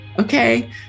okay